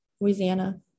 Louisiana